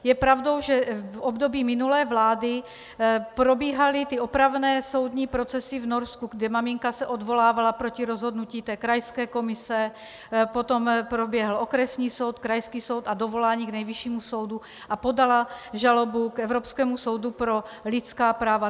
Je pravdou, že v období minulé vlády probíhaly opravné soudní procesy v Norsku, kde se maminka odvolávala proti rozhodnutí krajské komise, potom proběhl okresní soud, krajský soud a dovolání k nejvyššímu soudu a podala k Evropskému soudu pro lidská práva.